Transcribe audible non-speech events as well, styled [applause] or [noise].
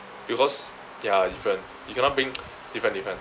because they're different you cannot bring [noise] different different